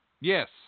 Yes